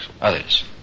Others